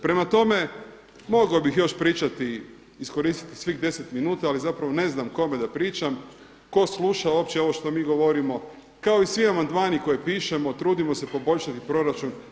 Prema tome, mogao bih još pričati, iskoristiti svih 10 minuta ali zapravo ne znam kome da pričam, tko sluša uopće ovo što mi govorimo, kao i svi amandmani koje pišemo, trudimo se poboljšati proračun.